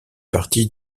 partie